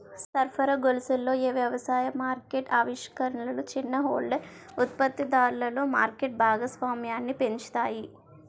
సరఫరా గొలుసులలో ఏ వ్యవసాయ మార్కెట్ ఆవిష్కరణలు చిన్న హోల్డర్ ఉత్పత్తిదారులలో మార్కెట్ భాగస్వామ్యాన్ని పెంచుతాయి?